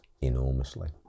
enormously